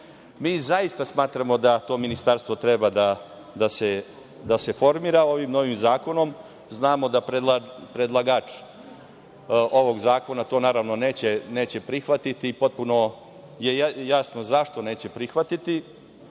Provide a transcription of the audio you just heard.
zaista smatramo da to ministarstvo treba da se formira ovim novim zakonom. Znamo da predlagač ovog zakona to, naravno, neće prihvatiti i potpuno je jasno zašto neće prihvatiti,